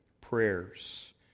prayers